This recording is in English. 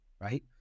right